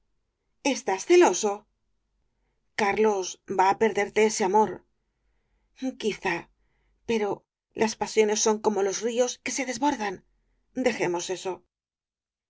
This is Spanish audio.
estás celoso carlos va á perderte ese amor quizá pero las pasiones son como los ríos que se desbordan dejemos eso